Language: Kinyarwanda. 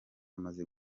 amaze